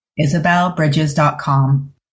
isabelbridges.com